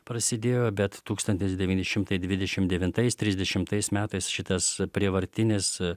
prasidėjo bet tūkstantis devyni šimtai dvidešim devintais trisdešimtais metais šitas prievartinis